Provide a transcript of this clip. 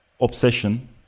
obsession